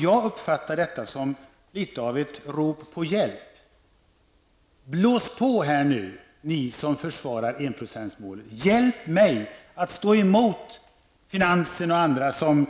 Jag uppfattar detta som litet av ett rop på hjälp, som att biståndsministern säger: Blås på här nu, ni som försvarar enprocentsmålet! Hjälp mig att stå emot finansen och andra som